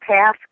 path